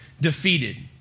defeated